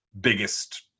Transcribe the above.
biggest